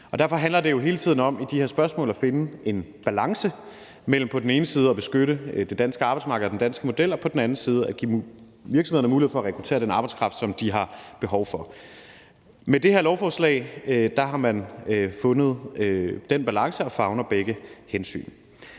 Derfor handler det jo hele tiden om i de her spørgsmål at finde en balance mellem på den ene side at beskytte det danske arbejdsmarked og den danske model og på den anden side at give virksomhederne mulighed for at rekruttere den arbejdskraft, som de har behov for. Med det her lovforslag har man fundet den balance og favner begge hensyn.